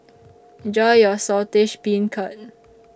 Enjoy your Saltish Beancurd